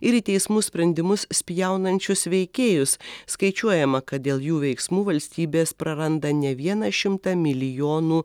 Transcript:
ir į teismų sprendimus spjaunančius veikėjus skaičiuojama kad dėl jų veiksmų valstybės praranda ne vieną šimtą milijonų